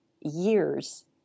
years